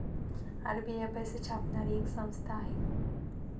RBI पैसे छापणारी एक संस्था आहे